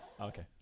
Okay